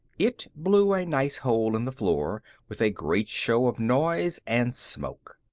it blew a nice hole in the floor with a great show of noise and smoke.